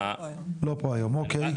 לא פה היום, אוקי.